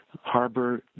harbor